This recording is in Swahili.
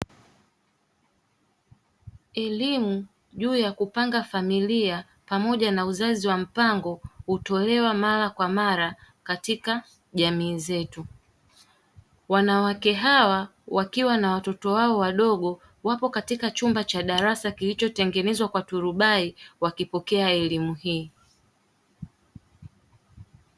Elimu juu ya kupanga familia pamoja na uzazi wa mpango hutolewa mara kwa mara katika jamii zetu, wanawake hawa wakiwa na watoto wao wadogo wapo katika chumba cha darasa kilichotengenezwa kwa turubai wakipokea elimu hii.